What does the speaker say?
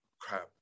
Crap